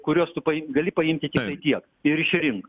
kuriuos tu paim gali paimti tiktai tiek ir išrink